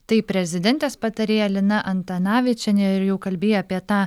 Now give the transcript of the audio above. tai prezidentės patarėja lina antanavičienė ir jau kalbėjai apie tą